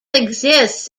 exists